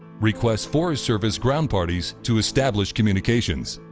requests forest service ground parties to establish communications.